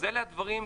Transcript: אלה הדברים.